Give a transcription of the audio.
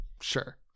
Sure